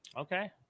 Okay